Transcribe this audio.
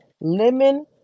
Lemon